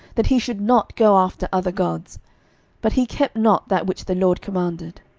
that he should not go after other gods but he kept not that which the lord commanded.